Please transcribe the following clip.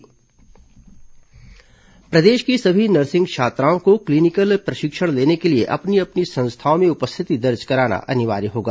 nursing छात्र उपस्थिति प्रदेश की सभी नर्सिंग छात्राओं को क्लीनिकल प्रशिक्षण लेने के लिए अपनी अपनी संस्थाओं में उपस्थिति दर्ज कराना अनिवार्य होगा